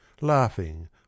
Laughing